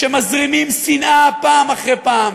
שמזרימים שנאה פעם אחר פעם.